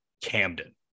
Camden